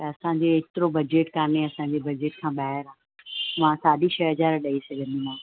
पर असां जो एतिरो बजट कान्हे असां जे बजट खां ॿाहिर आहे मां साढी छह हज़ार ॾई सघंदीमांव